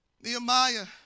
Nehemiah